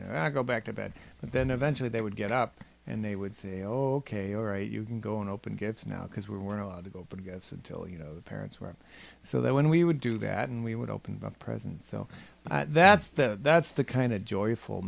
know i go back to bed and then eventually they would get up and they would say oh ok all right you can go and open gifts now because we were allowed to go but i guess until you know the parents were so there when we would do that and we would open presents so that's the that's the kind of joyful